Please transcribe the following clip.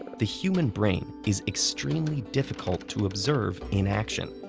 the human brain is extremely difficult to observe in action.